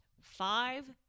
five